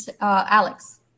Alex